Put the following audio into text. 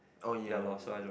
oh ya